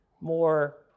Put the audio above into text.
more